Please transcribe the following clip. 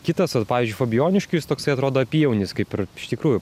kitas pavyzdžiui fabijoniškių jis toksai atrodo apyjaunis kaip ir iš tikrųjų